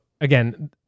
again